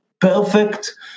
perfect